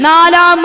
Nala